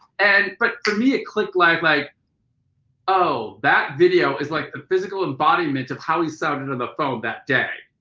and but for me it clicked like like oh that video is like the physical embodiment of how he sounded on the phone that day.